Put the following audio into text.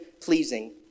pleasing